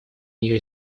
нее